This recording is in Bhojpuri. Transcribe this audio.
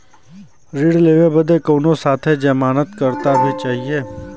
ऋण लेवे बदे कउनो साथे जमानत करता भी चहिए?